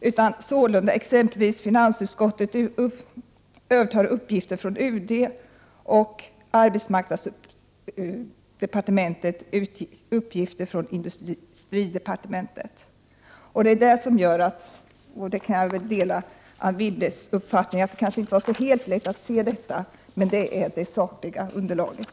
Sålunda övertar exempelvis finansdepartementet uppgifter från UD och arbetsmarknadsdepartementet uppgifter från industridepartementet. Det är detta — och där kan jag väl dela Anne Wibbles uppfattning att det kanske inte var så lätt att se det — som är det sakliga underlaget.